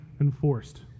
enforced